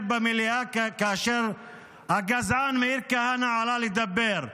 במליאה כאשר הגזען מאיר כהנא עלה לדבר,